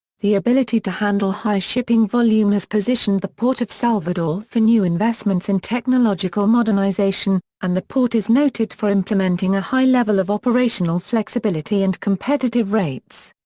the ability to handle high shipping volume has positioned the port of salvador for new investments in technological modernization, and the port is noted for implementing a high level of operational flexibility and competitive rates.